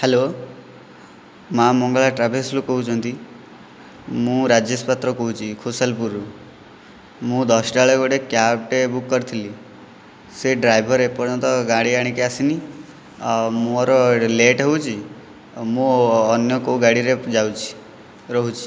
hello ମା ମଙ୍ଗଳା ଟ୍ରାଭେଲ୍ସରୁ କହୁଛନ୍ତି ମୁଁ ରାଜେଶ ପାତ୍ର କହୁଛି ଖୁସାଲପୁରରୁ ମୁଁ ଦଶଟା ବେଳେ ଗୋଟେ କ୍ୟାବ୍ଟେ ବୁକ୍ କରିଥିଲି ସେ ଡ୍ରାଇଭର ଏପର୍ଯ୍ୟନ୍ତ ଗାଡ଼ି ଆଣିକି ଆସିନି ଆଉ ମୋର ଲେଟ୍ ହେଉଛି ମୁଁ ଅନ୍ୟ କୋଉ ଗାଡ଼ିରେ ଯାଉଛି ରହୁଛି